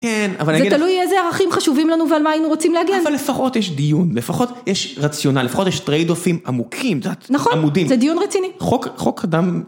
כן, אבל תלוי איזה ערכים חשובים לנו ועל מה היינו רוצים להגן, אבל לפחות יש דיון, לפחות יש רציונל, לפחות יש טרייד אופים עמוקים, נכון, עמודים, זה דיון רציני, חוק, חוק אדם